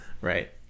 right